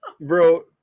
Bro